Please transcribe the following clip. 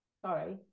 Sorry